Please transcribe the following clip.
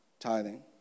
tithing